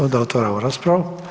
Onda otvaram raspravu.